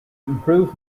improve